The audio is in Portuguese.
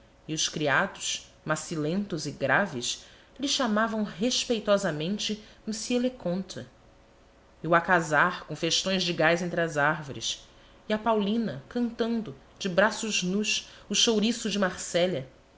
e os criados macilentos e graves lhe chamavam respeitosamente mr le comte e o alcázar com festões de gás entre as árvores e a paulina cantando de braços nus o chouriço de marselha